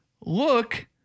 look